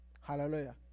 Hallelujah